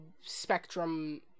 spectrum